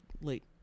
late